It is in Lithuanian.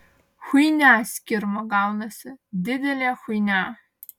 chuinia skirma gaunasi didelė chuinia